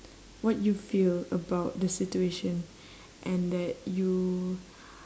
what you feel about the situation and that you